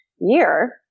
year